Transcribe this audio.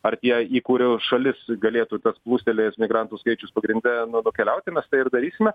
ar tie į kurių šalis galėtų tas plūstelėjęs migrantų skaičius pagrinde nu nukeliauti mes tai ir darysime